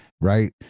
Right